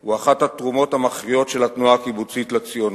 הוא אחת התרומות המכריעות של התנועה הקיבוצית לציונות.